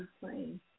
playing